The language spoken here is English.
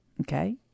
Okay